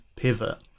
pivot